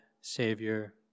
Savior